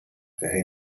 the